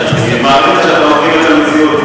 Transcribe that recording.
אני מעריך את זה שאתה מפנים את המציאות.